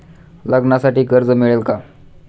लग्नासाठी कर्ज मिळेल का?